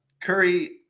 Curry